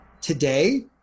today